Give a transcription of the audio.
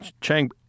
Chang